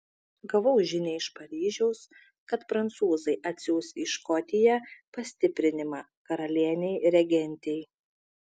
gavau žinią iš paryžiaus kad prancūzai atsiųs į škotiją pastiprinimą karalienei regentei